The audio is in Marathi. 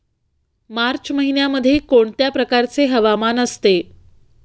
मार्च महिन्यामध्ये कोणत्या प्रकारचे हवामान असते?